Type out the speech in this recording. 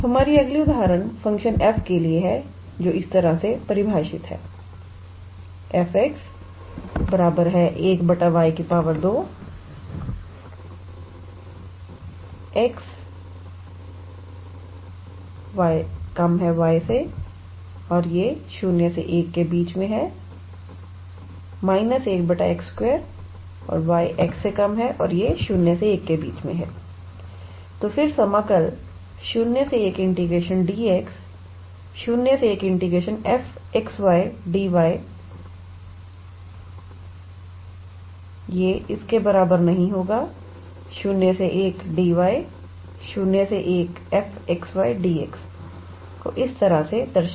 हमारी अगली उदाहरण फंक्शन f के लिए है जो इस तरह परिभाषित है 𝑓𝑥 𝑦 1𝑦2 0 ≤ 𝑥 𝑦 ≤ 1 1 𝑥 2 0 ≤ 𝑦 𝑥 ≤ 1 तो फिर समाकल 01 𝑑𝑥01 𝑓𝑥 𝑦𝑑𝑦 ≠01𝑑𝑦01𝑓𝑥 𝑦𝑑𝑥 को इस तरह से दर्शाइए